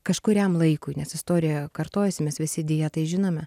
kažkuriam laikui nes istorija kartojasi mes visi deja tai žinome